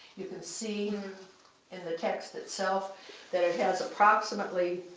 you can see in the text itself that it has approximately,